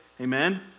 Amen